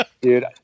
dude